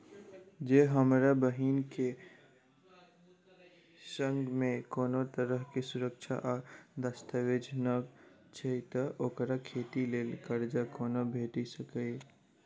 जँ हमरा बहीन केँ सङ्ग मेँ कोनो तरहक सुरक्षा आ दस्तावेज नै छै तऽ ओकरा खेती लेल करजा कोना भेटि सकैये?